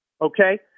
okay